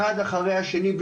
אחד אחרי השני.